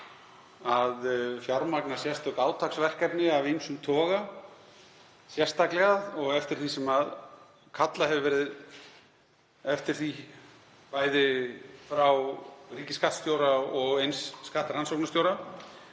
að fjármagna sérstök átaksverkefni af ýmsum toga sérstaklega og eftir því sem kallað hefur verið eftir því, bæði frá ríkisskattstjóra og eins skattrannsóknarstjóra.